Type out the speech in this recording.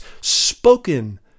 spoken